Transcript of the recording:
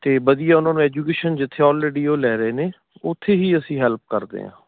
ਅਤੇ ਵਧੀਆ ਉਹਨਾਂ ਨੂੰ ਐਜੂਕੇਸ਼ਨ ਜਿੱਥੇ ਆਲਰੇਡੀ ਉਹ ਲੈ ਰਹੇ ਨੇ ਉੱਥੇ ਹੀ ਅਸੀਂ ਹੈਲਪ ਕਰਦੇ ਹਾਂ